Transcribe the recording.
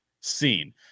seen